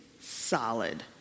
solid